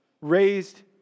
raised